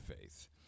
faith